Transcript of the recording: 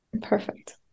Perfect